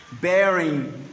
Bearing